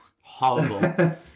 horrible